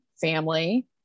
family